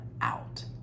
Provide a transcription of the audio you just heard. out